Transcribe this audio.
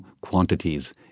quantities